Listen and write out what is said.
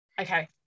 Okay